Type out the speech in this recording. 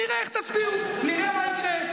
נראה איך תצביעו, נראה מה יקרה.